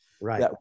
right